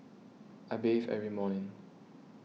I bathe every morning